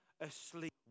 asleep